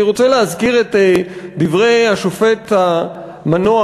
אני רוצה להזכיר את דברי השופט המנוח,